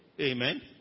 Amen